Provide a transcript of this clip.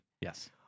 Yes